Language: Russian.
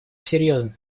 серьезное